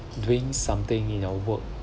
doing something in our work